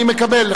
אני מקבל.